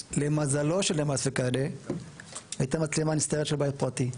למזלו של דמאס פיקדה הייתה מצלמה נסתרת של בית פרטי.